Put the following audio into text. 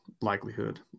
likelihood